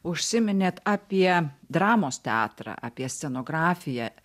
užsiminėt apie dramos teatrą apie scenografiją